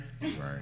Right